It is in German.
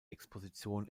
exposition